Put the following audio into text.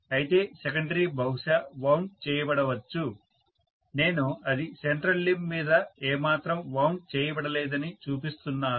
అయితే సెకండరీ బహుశా వౌండ్ చేయబడవచ్చు నేను అది సెంట్రల్ లింబ్ మీద ఏమాత్రం వౌండ్ చేయబడలేదని చూపిస్తున్నాను